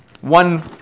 One